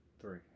Three